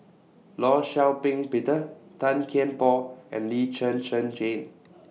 law Shau Ping Peter Tan Kian Por and Lee Zhen Zhen Jane